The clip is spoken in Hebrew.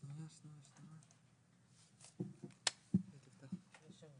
השאלה המאוד מאוד ממוקדת שאנחנו רוצים,